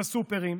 לסופרים,